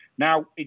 Now